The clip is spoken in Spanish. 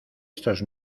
estos